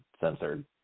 censored